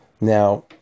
Now